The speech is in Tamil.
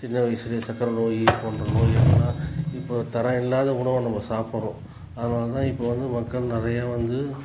சின்ன வயசிலே சக்கரை நோய் போன்ற நோய் எல்லாம் இப்போ தரம் இல்லாத உணவை நம்ம சாப்பிட்றோம் அதனால்தான் இப்போ வந்து மக்கள் நிறையா வந்து